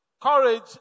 Courage